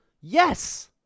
Yes